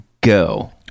go